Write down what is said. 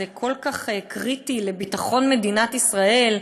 זה כל כך קריטי לביטחון מדינת ישראל,